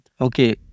okay